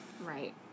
Right